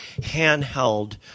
handheld